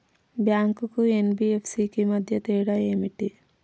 Bank కు NBFC కు మధ్య తేడా ఏమిటి?